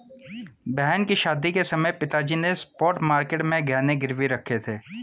बहन की शादी के समय पिताजी ने स्पॉट मार्केट में गहने गिरवी रखे थे